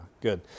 good